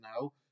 now